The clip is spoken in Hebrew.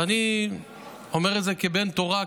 ואני אומר את זה כבן תורה,